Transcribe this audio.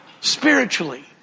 spiritually